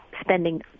spending